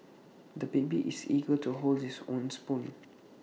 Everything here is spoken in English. the baby is eager to hold his own spoon